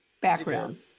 background